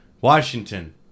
Washington